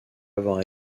avoir